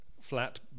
flat